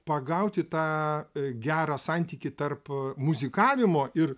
pagauti tą gerą santykį tarp muzikavimo ir